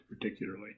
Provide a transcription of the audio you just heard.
particularly